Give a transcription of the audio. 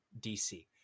dc